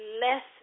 less